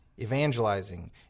evangelizing